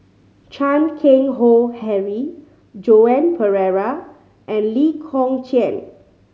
Chan Keng Howe Harry Joan Pereira and Lee Kong Chian